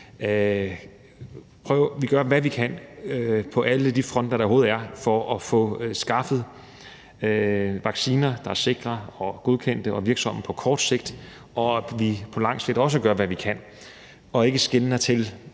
vi gør, hvad vi kan, på alle de fronter, der overhovedet er, for at få skaffet vacciner, der er sikre og er godkendte og virksomme på kort sigt, og at vi også på lang sigt gør, hvad vi kan, og ikke skeler til